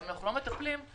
אם אנחנו לא מטפלים אנחנו